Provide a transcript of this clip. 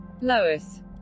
Lois